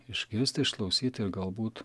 išgirsti išklausyti ir galbūt